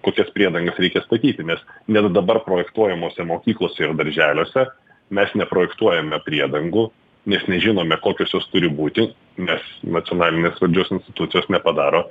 kokias priedangas reikia statyti nes nes dabar projektuojamose mokyklos ir darželiuose mes neprojektuojame priedangų nes nežinome kokios jos turi būti nes nacionalinės valdžios institucijos nepadaro